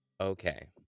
Okay